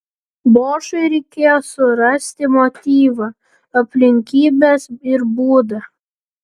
bošui reikėjo surasti motyvą aplinkybes ir būdą